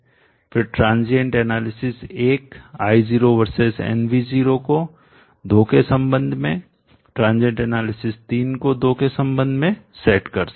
फिर आप transient analysis 1 क्षणिक विश्लेषण 1 I0 वर्सेस nv0 को दो के संबंध में ट्रांजियंट एनालिसिस 3 क्षणिक विश्लेषण 3 को 2 के संबंध में सेट कर सकते हैं